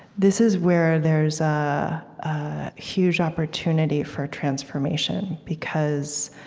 this is where there's a huge opportunity for transformation, because